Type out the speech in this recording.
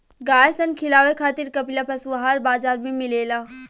गाय सन खिलावे खातिर कपिला पशुआहार बाजार में मिलेला